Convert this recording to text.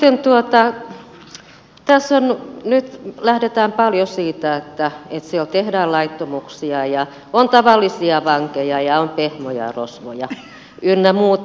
mutta kun tässä nyt lähdetään paljon siitä että siellä tehdään laittomuuksia ja on tavallisia vankeja ja on pehmoja rosvoja ynnä muuta